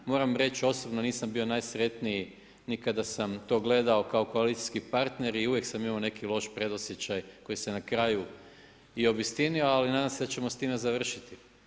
Moram reći, osobno nisam bio najsretniji ni kada sam to gledao kao koalicijski partner i uvijek sam imao neki loš predosjećaj koji se na kraju i obistinio, ali nadam se da ćemo s time završiti.